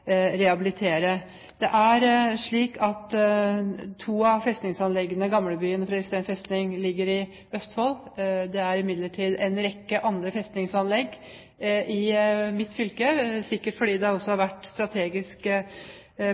rehabilitere. Det er slik at to av de nasjonale festningsanleggene, Gamlebyen i Fredrikstad og Fredriksten festning, ligger i Østfold. Det er imidlertid en rekke andre festningsanlegg i mitt fylke, sikkert fordi det har vært strategisk